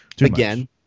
again